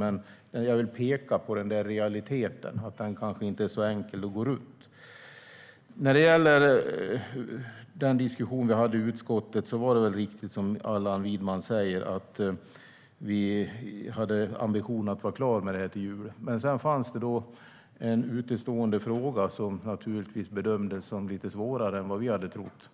Men jag vill peka på att det inte är alldeles enkelt att gå runt realiteten. När det gäller den diskussion vi hade i utskottet är det väl riktigt som Allan Widman säger att vi hade ambitionen att vara klara till jul. Men sedan fanns det en utestående fråga som visade sig lite svårare än vi hade trott.